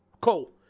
Cool